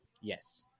Yes